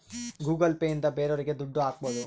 Google Pay ಇಂದ ಬೇರೋರಿಗೆ ದುಡ್ಡು ಹಾಕ್ಬೋದು